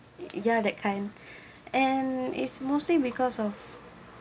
ya that kind and uh is mostly because of